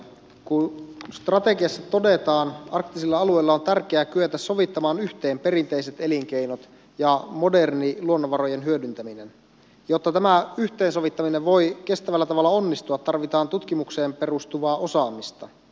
kun strategiassa todetaan että arktisilla alueilla on tärkeää kyetä sovittamaan yhteen perinteiset elinkeinot ja moderni luonnonvarojen hyödyntäminen niin jotta tämä yhteensovittaminen voi kestävällä tavalla onnistua tarvitaan tutkimukseen perustuvaa osaamista